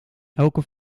elke